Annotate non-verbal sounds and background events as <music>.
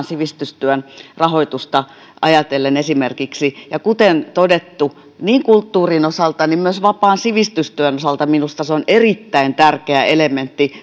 <unintelligible> sivistystyön rahoitusta ajatellen ja kuten todettu niin kulttuurin osalta kuin myös vapaan sivistystyön osalta minusta se on erittäin tärkeä elementti <unintelligible>